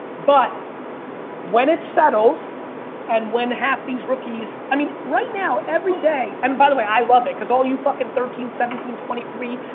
but when it settles and when half these rookies i mean, right now every day and by the way, i love it. cause all you fucking thirteen, seventeen, twenty three,